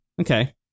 Okay